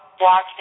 watching